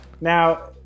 Now